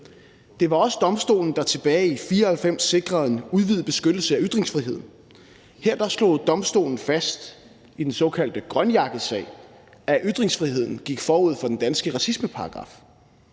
Det var også domstolen, der tilbage i 1994 sikrede en udvidet beskyttelse af ytringsfriheden. Her slog domstolen fast i den såkaldte grønjakkesag, at ytringsfriheden gik forud for den danske racismeparagraf.